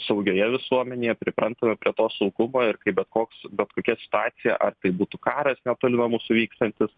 saugioje visuomenėje priprantame prie to saugumo ir kai bet koks bet kokia situacija ar tai būtų karas netoli nuo mūsų vykstantis